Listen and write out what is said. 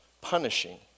punishing